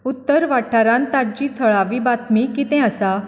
उत्तर वाठारांत ताज्जी थळावी बातमी कितें आसा